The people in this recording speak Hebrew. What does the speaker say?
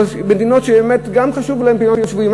מדינות שבאמת גם חשוב להן פדיון שבויים.